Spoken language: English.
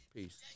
Peace